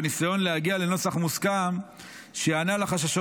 בניסיון להגיע לנוסח מוסכם שיענה על החששות